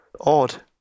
odd